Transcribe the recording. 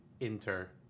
enter